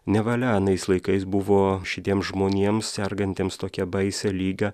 nevalia anais laikais buvo šitiem žmonėms sergantiems tokia baisia liga